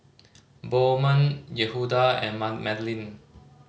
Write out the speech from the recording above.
Bowman Yehuda and Madlyn